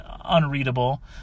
unreadable